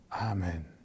amen